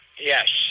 Yes